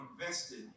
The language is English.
invested